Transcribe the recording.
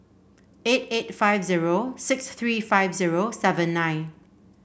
eight eight five zero six three five zero seven nine